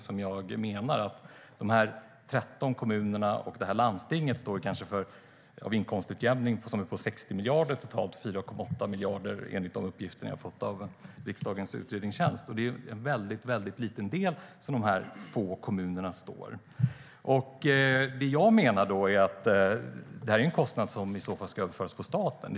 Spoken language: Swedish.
Inkomstutjämningen uppgår till totalt 60 miljarder, varav de 13 kommunerna och detta landsting står för en inkomstutjämning på 4,8 miljarder, enligt de uppgifter som jag har fått från riksdagens utredningstjänst. Det är alltså en mycket liten del som dessa få kommuner står för. Jag menar att denna kostnad ska uppföras på staten.